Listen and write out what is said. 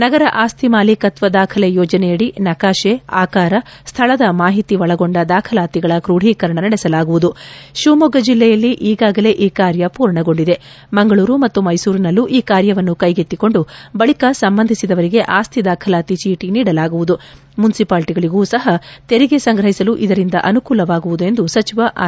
ನಗರ ಆಸ್ತಿ ಮಾಲೀಕತ್ವ ದಾಖಲೆ ಯೋಜನೆಯಡಿ ನಕಾಶೆ ಆಕಾರ ಸ್ವಳದ ಮಾಹಿತಿ ಒಳಗೊಂಡ ದಾಖಲಾತಿಗಳ ಕ್ರೂಢೀಕರಣ ನಡೆಸಲಾಗುವುದು ಶಿವಮೊಗ್ಗ ಜಿಲ್ಲೆಯಲ್ಲಿ ಈಗಾಗಲೇ ಈ ಕಾರ್ಯ ಪೂರ್ಣಗೊಂಡಿದೆ ಮಂಗಳೂರು ಮತ್ತು ಮೈಸೂರಿನಲ್ಲೂ ಈ ಕಾರ್ಯವನ್ನು ಕೈಗೆತ್ತಿಕೊಂಡು ಬಳಕ ಸಂಬಂಧಿಸಿದವರಿಗೆ ಆಸ್ತಿ ದಾಖಲಾತಿ ಚೀಟ ನೀಡಲಾಗುವುದು ಮುನ್ಲಿಪಾಲ್ವಿಗಳಗೂ ಸಹ ತೆರಿಗೆ ಸಂಗ್ರಹಿಸಲು ಇದರಿಂದ ಅನುಕೂಲವಾಗುವುದು ಎಂದು ಸಚಿವ ಆರ್